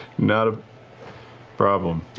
not a problem.